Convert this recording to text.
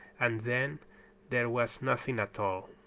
and then there was nothing at all.